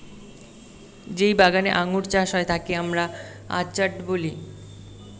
যেই বাগানে আঙ্গুর চাষ হয় তাকে আমরা অর্চার্ড বলি